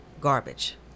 garbage